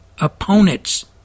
opponents